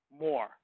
more